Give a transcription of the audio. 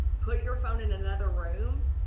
put your phone in another room